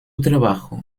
trabajo